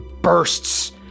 bursts